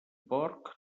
porc